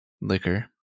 Liquor